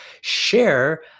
share